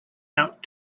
out